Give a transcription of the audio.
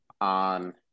on